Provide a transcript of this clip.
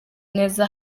neza